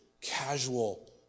casual